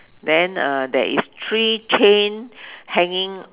then there is three cane hanging